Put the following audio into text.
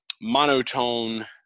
monotone